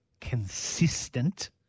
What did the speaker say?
consistent